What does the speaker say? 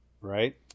right